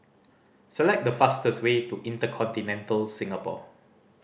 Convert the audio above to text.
select the fastest way to InterContinental Singapore